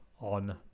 on